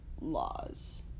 laws